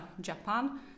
Japan